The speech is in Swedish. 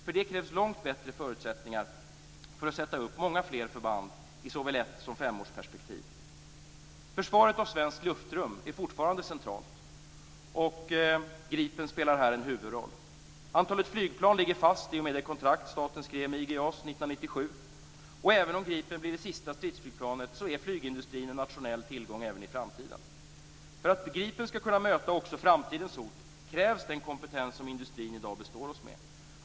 För detta krävs långt bättre förutsättningar att sätta upp många fler förband i såväl ett ett som femårsperspektiv. Försvaret av svenskt luftrum är fortfarande centralt. Gripen spelar här en huvudroll. Antalet flygplan ligger fast i och med det kontrakt som staten skrev med IG JAS 1997. Även om Gripen blir det sista svenska stridsflygplanet blir flygindustrin en nationell tillgång även i framtiden. För att Gripen skall kunna möta också framtidens hot krävs den kompetens som industrin i dag bistår oss med.